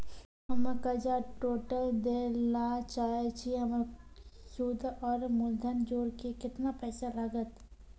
हम्मे कर्जा टोटल दे ला चाहे छी हमर सुद और मूलधन जोर के केतना पैसा लागत?